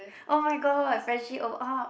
[oh]-my-god freshie o uh